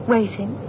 Waiting